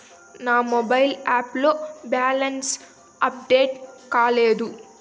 నా mobile app లో balance update కాలేదు